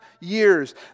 years